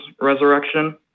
resurrection